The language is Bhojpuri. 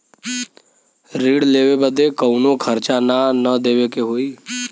ऋण लेवे बदे कउनो खर्चा ना न देवे के होई?